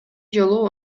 жолу